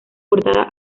portada